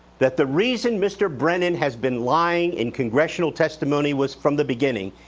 that the reason mr. brennan has been lying in congressional testimony was, from the beginning,